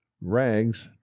rags